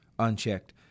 unchecked